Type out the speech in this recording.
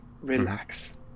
Relax